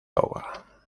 ahoga